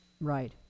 Right